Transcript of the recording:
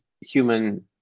human